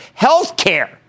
healthcare